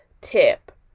tip